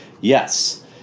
Yes